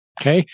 Okay